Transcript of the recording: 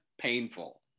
painful